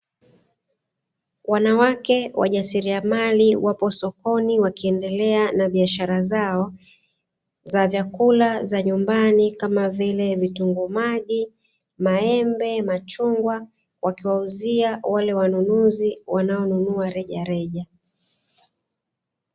Wanawake wajasiriamali wapo sokoni, wakiendelea na biashara zao za vyakula za nyumbani kama vile: vitungu maji, maembe machungwa; wakiwauzia wale wanunuzi wanaonunua rejareja.